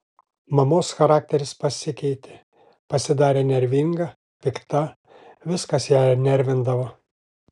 mamos charakteris pasikeitė pasidarė nervinga pikta viskas ją nervindavo